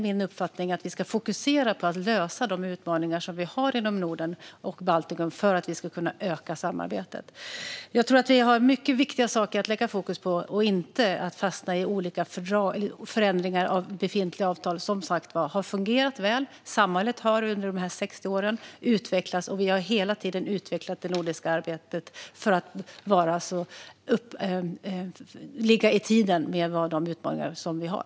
Min uppfattning är att vi ska fokusera på att lösa de utmaningar vi har inom Norden och Baltikum för att kunna öka samarbetet. Jag tror att vi har mycket viktiga saker att lägga fokus på. Vi ska inte fastna i olika förändringar av befintliga avtal. De har som sagt fungerat väl. Samhället har utvecklats under de här 60 åren, och vi har hela tiden utvecklat det nordiska samarbetet för att ligga i fas med utmaningarna vi har.